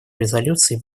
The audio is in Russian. резолюций